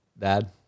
dad